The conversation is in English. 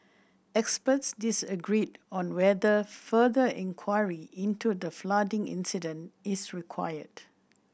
experts disagreed on whether further inquiry into the flooding incident is required